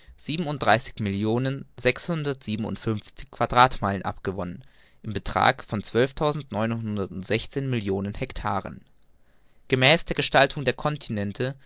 millionen sechshundertsiebenundfünfzig quadratmeilen abgewonnen im betrag von zwölstausendneunhundertundsechzehn millionen hektaren gemäß der gestaltung der continente